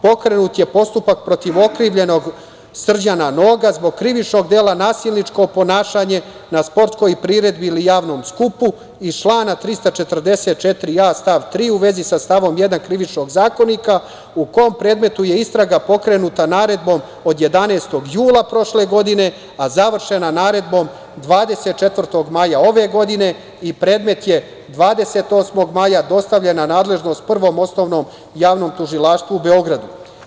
Pokrenut je postupak protiv okrivljenog Srđana Noga zbog krivičnog dela - nasilničko ponašanje na sportskoj priredbi ili javnom skupu iz člana 344a, stav 3. u vezi sa tavom 1. Krivičnog zakonika u kom predmetu je istraga pokrenuta naredbom od 11. jula prošle godine, a završena naredbom 24. maja ove godine i predmet je 28. maja dostavljen na nadležnost Prvom osnovnom javnom tužilaštvu u Beogradu.